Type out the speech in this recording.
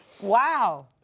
wow